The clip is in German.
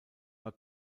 war